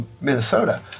Minnesota